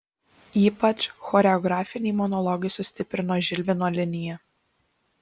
ypač choreografiniai monologai sustiprino žilvino liniją